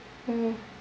oh